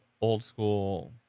old-school